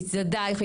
מצדדייך,